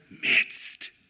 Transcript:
midst